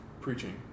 preaching